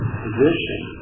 position